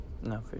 No